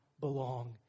belong